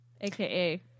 AKA